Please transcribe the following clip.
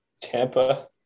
Tampa